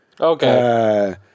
Okay